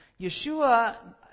Yeshua